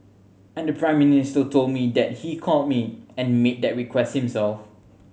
and the Prime Minister told me that he called me and made that request himself